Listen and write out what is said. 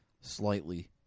slightly